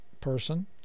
person